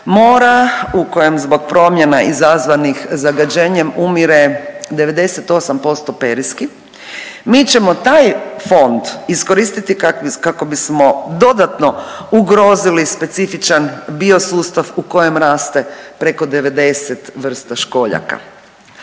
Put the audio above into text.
u kojem zbog promjena izazvanih zagađenjem umire 98% periski, mi ćemo taj fond iskoristiti kako bismo dodatno ugrozili specifičan bio sustav u kojem raste preko 90 vrsta školjaka.